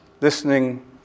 listening